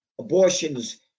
abortions